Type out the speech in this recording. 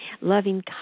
loving